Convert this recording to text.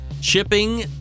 shipping